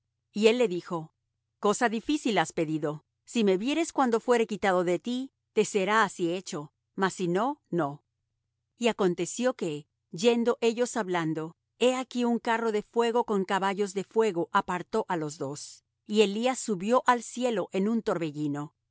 y él le dijo cosa difícil has pedido si me vieres cuando fuere quitado de ti te será así hecho mas si no no y aconteció que yendo ellos hablando he aquí un carro de fuego con caballos de fuego apartó á los dos y elías subió al cielo en un torbellino